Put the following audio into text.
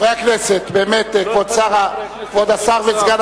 חברי הכנסת, באמת, כבוד השר וסגן